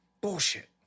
Bullshit